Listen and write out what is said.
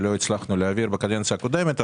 שלא הצלחנו להעביר בקדנציה הקודמת.